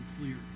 clear